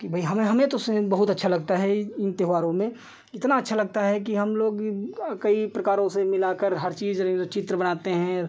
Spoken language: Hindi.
कि भाई हमें हमें तो बहुत अच्छा लगता है इन त्योहारों में इतना अच्छा लगता है कि हमलोग कई प्रकारों से मिलाकर हर चीज़ चित्र बनाते हैं